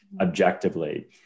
objectively